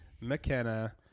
mckenna